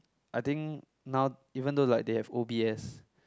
I think now even though like they have o_b_s